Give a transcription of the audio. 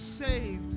saved